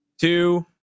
two